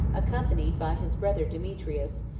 accompanied by his brother demetrius,